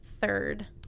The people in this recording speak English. third